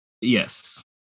Yes